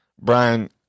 Brian